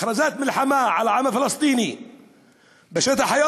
זו הכרזת מלחמה על העם הפלסטיני בשטח הקו